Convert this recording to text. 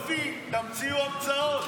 יופי, תמציאו המצאות.